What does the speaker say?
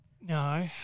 No